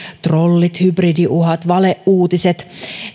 trollit hybridiuhat valeuutiset